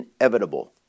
inevitable